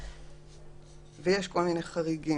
ויש כל מיני חריגים.